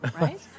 right